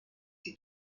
die